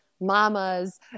mamas